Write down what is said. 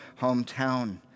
hometown